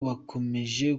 bakomeje